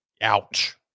ouch